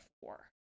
four